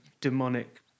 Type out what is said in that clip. demonic